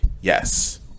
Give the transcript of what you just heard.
yes